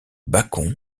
bacon